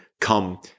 come